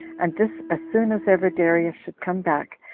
and this as soon as ever darius should come back,